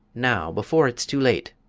now, before it's too late!